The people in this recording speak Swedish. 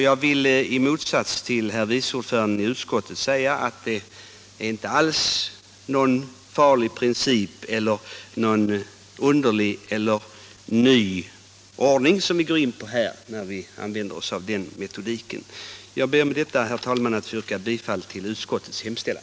Jag vill i motsats till herr vice ordföranden i utskottet säga att det inte alls är någon farlig princip eller någon ny och underlig ordning vi ger oss in på när vi använder oss av denna metodik. Jag ber med detta, herr talman, att få yrka bifall till utskottets hemställan.